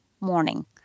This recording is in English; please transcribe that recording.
morning